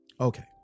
Okay